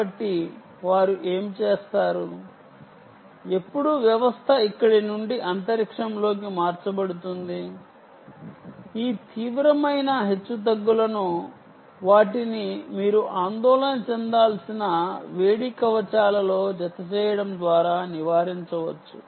కాబట్టి వారు ఏమి చేస్తారు ఎప్పుడు వ్యవస్థ ఇక్కడి నుండి అంతరిక్షంలోకి మార్చబడుతోంది ఈ తీవ్రమైన హెచ్చుతగ్గులను వాటిని మీరు ఆందోళన చెందాల్సిన హీట్ షీల్డ్స్ లో జతచేయడం ద్వారా నివారించవచ్చు